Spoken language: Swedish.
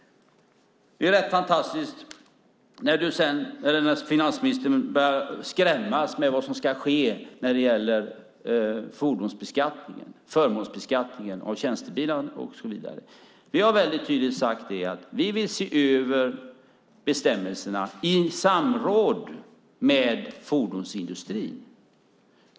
Det är rätt fantastiskt när finansministern börjar skrämmas med vad som ska ske när det gäller fordonsbeskattningen, förmånsbeskattningen av tjänstebilar och så vidare. Vi har väldigt tydligt sagt att vi vill se över bestämmelserna i samråd med fordonsindustrin.